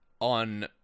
on